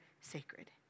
sacred